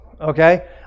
Okay